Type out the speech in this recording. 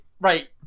right